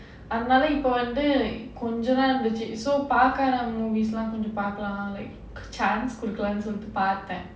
அதனால இப்போ வந்து கொஞ்சமா இருந்துச்சு:adhaala ippo vandhu konjama irundhuchu so பார்க்காத:paarkaatha movies கொஞ்சம் பாக்கலாம்னு:konjam paakalaamnu like கொஞ்சம்:konjam chance குடுக்கலாம்னு பார்த்தேன்:kudukalaamnu paarthaen